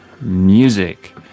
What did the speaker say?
music